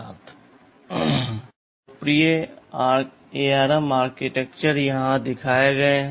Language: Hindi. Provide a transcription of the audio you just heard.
कुछ लोकप्रिय ARM आर्किटेक्चर यहां दिखाए गए हैं